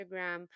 instagram